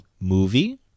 movie